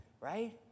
Right